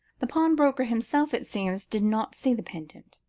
the pawnbroker himself, it seems, did not see the pendant.